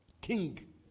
King